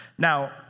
Now